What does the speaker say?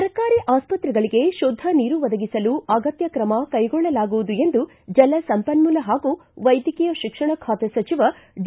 ಸರ್ಕಾರಿ ಆಸ್ವತ್ರೆಗಳಿಗೆ ಶುದ್ಧ ನೀರು ಒದಗಿಸಲು ಅಗತ್ಯ ಕ್ರಮ ಕೈಗೊಳ್ಳಲಾಗುವುದು ಎಂದು ಜಲಸಂಪನ್ಮೂಲ ಹಾಗೂ ವೈದ್ಯಕೀಯ ಶಿಕ್ಷಣ ಖಾತೆ ಸಚಿವ ಡಿ